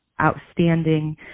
outstanding